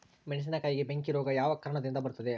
ಮೆಣಸಿನಕಾಯಿಗೆ ಬೆಂಕಿ ರೋಗ ಯಾವ ಕಾರಣದಿಂದ ಬರುತ್ತದೆ?